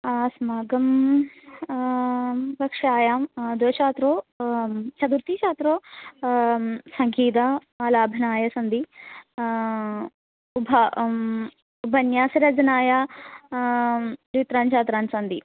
अस्माकं कक्षायां द्वे छात्रौ चतुर्थी छात्राः सङ्गीतम् आलाभनाय सन्ति उभा उपन्यासरचनाय द्वित्राणि छात्राः सन्ति